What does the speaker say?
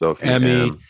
Emmy